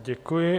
Děkuji.